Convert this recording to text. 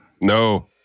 No